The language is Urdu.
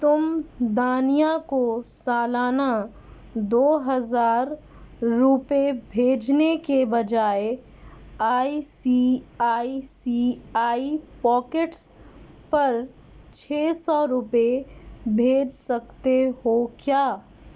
تم دانیہ کو سالانہ دو ہزار روپے بھیجنے کے بجائے آئی سی آئی سی آئی پاکیٹس پر چھ سو روپے بھیج سکتے ہو کیا